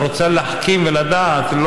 את רוצה להחכים ולדעת,